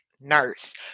nurse